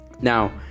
Now